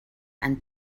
ein